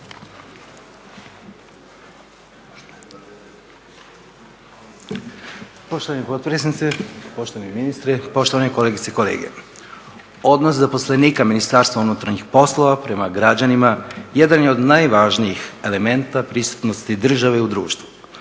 Poštovana potpredsjednice, poštovani ministre, poštovane kolegice i kolege. Odnos zaposlenika Ministarstva unutarnjih poslova prema građanima jedan je od najvažnijih elemenata prisutnosti države u društvu.